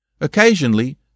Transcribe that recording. Occasionally